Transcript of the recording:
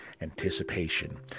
anticipation